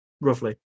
Roughly